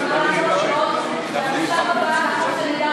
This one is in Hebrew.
השלב הבא.